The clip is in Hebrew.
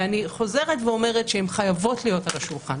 ואני חוזרת ואומרת שהן חייבות להיות על השולחן.